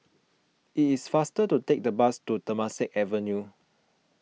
it is faster to take the bus to Temasek Avenue